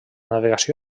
navegació